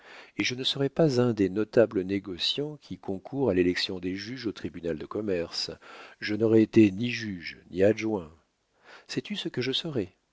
et je ne serais pas un des notables négociants qui concourent à l'élection des juges au tribunal de commerce je n'aurais été ni juge ni adjoint sais-tu ce que je serais